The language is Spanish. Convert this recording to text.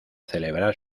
celebrar